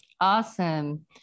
Awesome